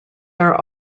are